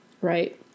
right